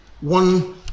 one